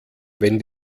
wenn